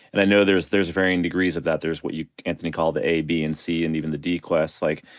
and i know there's there's varying degrees of that there's what you can theny call the a b and c and even the d quest like,